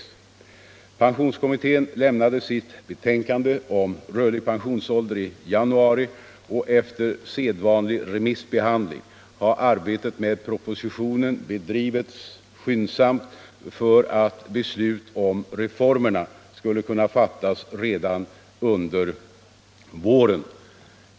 Pensionskommittén lämnade sitt betänkande om rörlig pensionsålder i januari, och efter sedvanlig remissbehandling har arbetet med propositionen bedrivits skyndsamt för att beslut om reformerna skulle kunna fattas redan under våren.